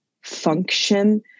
function